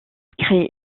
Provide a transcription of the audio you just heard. crée